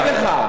אני אגיד לך.